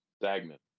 stagnant